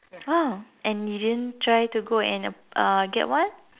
!wow! and you didn't try to go and ap~ uh get one